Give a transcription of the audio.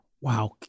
Wow